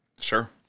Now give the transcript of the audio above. Sure